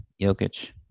Jokic